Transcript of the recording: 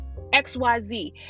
xyz